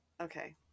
okay